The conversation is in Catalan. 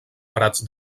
prats